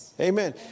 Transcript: Amen